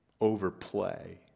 overplay